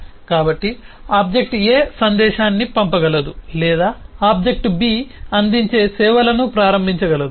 కాబట్టి object A సందేశాన్ని పంపగలదు లేదా ఆబ్జెక్ట్ B అందించే సేవలను ప్రారంభించగలదు